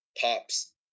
pops